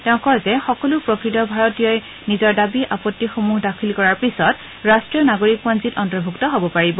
তেওঁ কয় যে সকলো প্ৰকৃত ভাৰতীয় নিজৰ দাবী আপত্তিসমূহ দাখিল কৰাৰ পিছত ৰাষ্ট্ৰীয় নাগৰিকপঞ্জীত অন্তৰ্ভুক্ত হ'ব পাৰিব